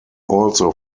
also